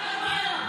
אין בעיה.